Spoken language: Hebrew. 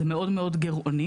זה מאוד מאוד גירעוני,